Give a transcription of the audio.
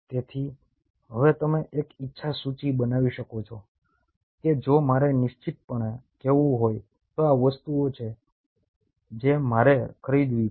તેથી હવે તમે એક ઇચ્છા સૂચિ બનાવી શકો છો કે જો મારે નિશ્ચિતપણે કહેવું હોય તો આ વસ્તુઓ છે જે મારે ખરીદવી છે